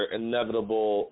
inevitable